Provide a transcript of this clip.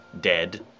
dead